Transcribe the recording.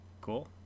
cool